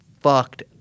fucked